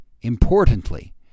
importantly